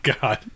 God